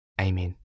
Amen